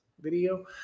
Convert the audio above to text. video